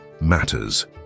matters